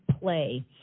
play